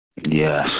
Yes